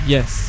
Yes